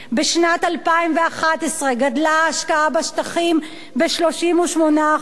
בשנת 2011 גדלה ההשקעה בשטחים ב-38%.